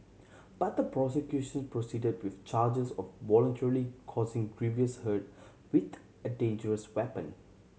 but the prosecution proceeded with charges of voluntarily causing grievous hurt with a dangerous weapon